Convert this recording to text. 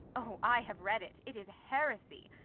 o, i have read it it is heresy.